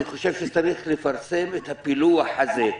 אני חושב שצריך לפרסם את הפילוח הזה.